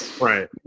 Right